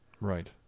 right